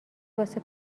واسه